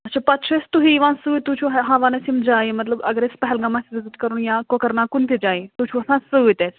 اَچھا پَتہٕ چھُو اَسہِ تُہی یِوان سۭتۍ تُہۍ چھُو ہاوان اَسہِ یِم جایہِ مطلب اگر اَسہِ پہلگام آسہِ وِزِٹ کَرُن یا کۅکَر ناگ کُنہِ تہِ جایہِ تُہۍ چھُو آسان سۭتۍ اَسہِ